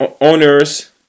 owners